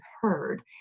heard